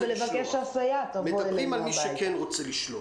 אנחנו מדברים על מי שכן רוצה לשלוח.